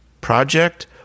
project